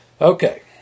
Okay